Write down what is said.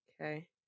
Okay